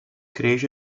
creix